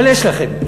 אבל יש לכם,